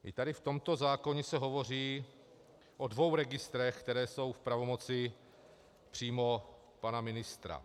I tady v tomto zákoně se hovoří o dvou registrech, které jsou v pravomoci přímo pana ministra.